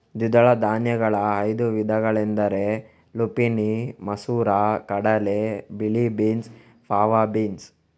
ದ್ವಿದಳ ಧಾನ್ಯಗಳ ಐದು ವಿಧಗಳೆಂದರೆ ಲುಪಿನಿ ಮಸೂರ ಕಡಲೆ, ಬಿಳಿ ಬೀನ್ಸ್, ಫಾವಾ ಬೀನ್ಸ್